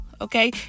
Okay